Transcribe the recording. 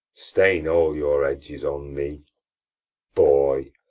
stain all your edges on me boy!